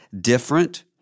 different